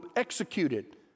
executed